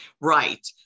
Right